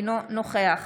אינו נוכח